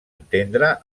entendre